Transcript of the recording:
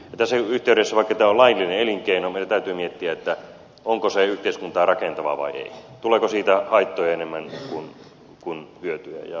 tässä yhteydessä vaikka tämä on laillinen elinkeino meidän täytyy miettiä onko se yhteiskuntaa rakentava vai ei tuleeko siitä haittoja enemmän kuin hyötyjä